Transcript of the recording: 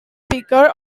speaker